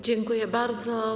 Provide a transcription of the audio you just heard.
Dziękuję bardzo.